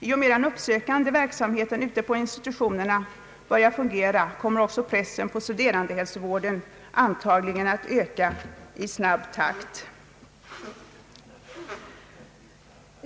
I och med att den uppsökande verksamheten ute på institutionerna börjar fungera kommer också pressen på studerandehälsovården antagligen att öka i snabb takt.